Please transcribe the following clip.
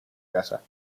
casa